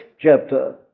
chapter